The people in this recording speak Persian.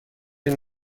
این